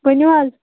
ؤنِو حظ